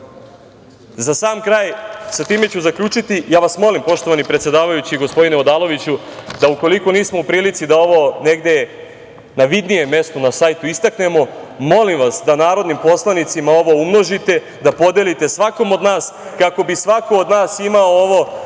sam kraj, sa time ću zaključiti, ja vas molim poštovani predsedavajući, gospodine Odaloviću, da ukoliko nismo u prilici da ovo negde na vidnije mesto na sajtu istaknemo, molim vas da narodnim poslanicima ovo umnožite, da podelite svakom od nas, kako bi svako od nas imao ovo